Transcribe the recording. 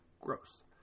Gross